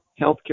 healthcare